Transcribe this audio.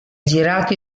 girato